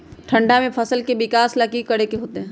ठंडा में फसल के विकास ला की करे के होतै?